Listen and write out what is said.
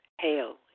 Hail